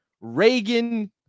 Reagan